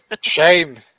Shame